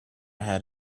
had